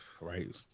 Right